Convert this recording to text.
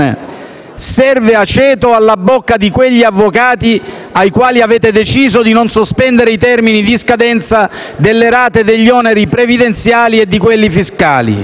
serve aceto alla bocca di quegli avvocati ai quali avete deciso di non sospendere i termini di scadenza delle rate degli oneri previdenziali e di quelli fiscali.